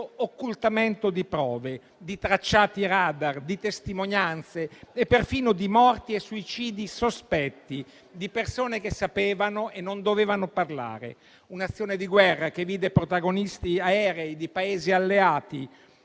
occultamento di prove, di tracciati radar, di testimonianze e perfino di morti e suicidi sospetti, di persone che sapevano e non dovevano parlare; un'azione di guerra che vide protagonisti aerei di Paesi alleati.